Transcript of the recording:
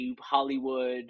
Hollywood